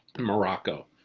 and morocco,